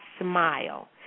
smile